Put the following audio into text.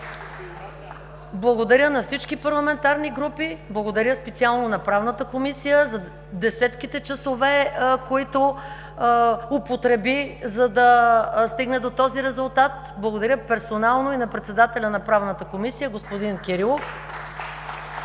Благодаря на всички парламентарни групи, благодаря специално на Правната комисия за десетките часове, които употреби, за да стигне до този резултат, благодаря персонално и на председателя на Правната комисия – господин Кирилов,